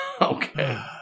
Okay